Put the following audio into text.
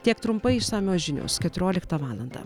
tiek trumpai išsamios žinios keturioliktą valandą